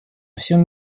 всем